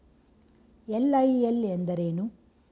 LIL ಎಂದರೇನು?